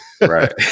Right